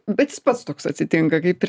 bet jis pats toks atsitinka kaip ir